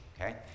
okay